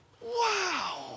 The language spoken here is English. Wow